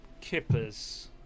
kippers